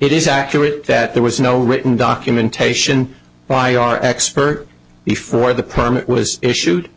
it is accurate that there was no written documentation by our expert before the permit was issued